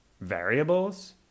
variables